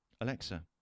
Alexa